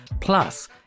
Plus